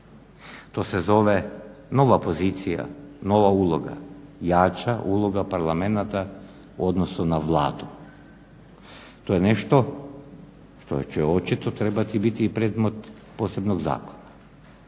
To se zove nova pozicija, nova uloga, jača uloga parlamenata u odnosu na Vladu. To je nešto što će očito trebati biti i predmet posebnog zakona.